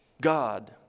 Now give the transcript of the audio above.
God